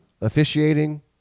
officiating